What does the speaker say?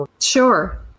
Sure